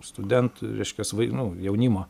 studentų reiškias nu jaunimo